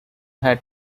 had